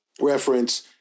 reference